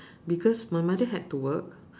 because my mother had to work